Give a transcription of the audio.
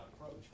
approach